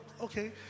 okay